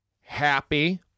happy